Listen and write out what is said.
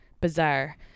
bizarre